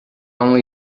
only